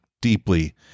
deeply